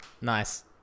Nice